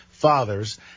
fathers